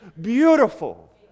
Beautiful